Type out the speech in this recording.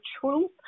truth